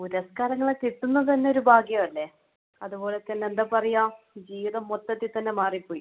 പുരസ്ക്കാരങ്ങളെ കിട്ടുന്നത് തന്നെയൊരു ഭാഗ്യമല്ലേ അതുപോലെ തന്നെ എന്താണ് പറയുക ജീവിതം മൊത്തത്തിൽ തന്നെ മാറിപ്പോയി